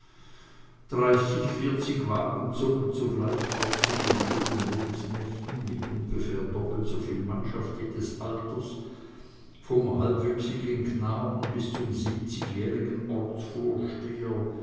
dreißig vierzig wagen zogen zugleich aus in den schönen mondnächten mit ungefähr doppelt soviel mannschaft jedes alters vom halbwüchsigen knaben bis zum siebzigjährigen